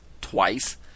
twice